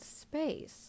space